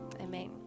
Amen